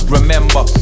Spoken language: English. Remember